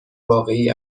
واقعی